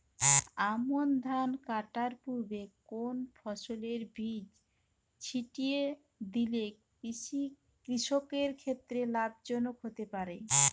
আমন ধান কাটার পূর্বে কোন ফসলের বীজ ছিটিয়ে দিলে কৃষকের ক্ষেত্রে লাভজনক হতে পারে?